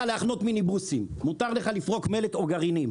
להחנות מיניבוסים" "מותר לך לפרוק מלט או גרעינים".